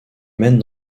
mène